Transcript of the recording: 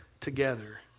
together